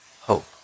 hope